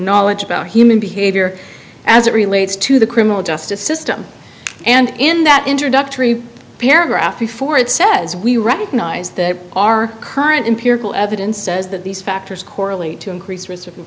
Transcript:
knowledge about human behavior as it relates to the criminal justice system and in that introductory paragraph before it says we recognize that our current imperial evidence says that these factors correlate to increased ris